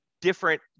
different